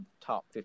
top